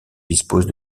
dispose